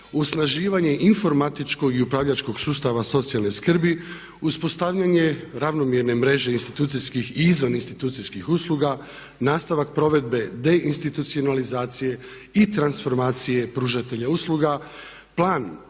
osnaživanje informatičkog i upravljačkog sustava socijalne skrbi, uspostavljanje ravnomjerne mreže institucijskih i izvan institucijskih usluga, nastavak provedbe de institucionalizacije i transformacije pružatelja usluga. Plan